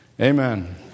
Amen